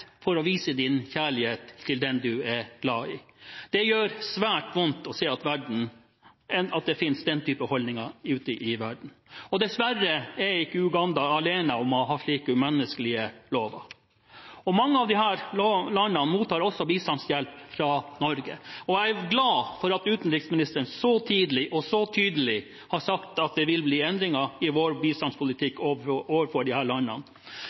for å vise sin kjærlighet til den en er glad i! Det gjør svært vondt å se at det finnes den type holdninger ute i verden. Dessverre er ikke Uganda alene om å ha slike umenneskelige lover. Mange av disse landene mottar bistand fra Norge. Jeg er glad for at utenriksministeren så tidlig og så tydelig har sagt at det vil bli endringer i vår bistandspolitikk overfor disse landene. At presidenten i Uganda svarer med at de